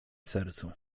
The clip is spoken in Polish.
sercu